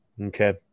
Okay